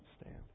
stand